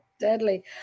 Deadly